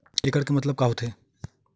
एकड़ के मतलब का होथे?